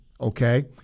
okay